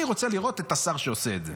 אני רוצה לראות את השר שעושה את זה,